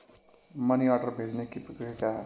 Money order भेजने की प्रक्रिया क्या है?